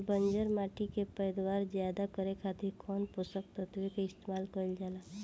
बंजर माटी के पैदावार ज्यादा करे खातिर कौन पोषक तत्व के इस्तेमाल कईल जाला?